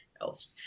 else